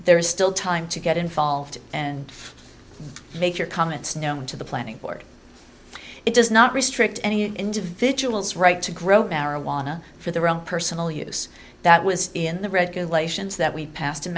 there is still time to get involved and make your comments known to the planning board it does not restrict any individual's right to grow marijuana for their own personal use that was in the regulations that we passed in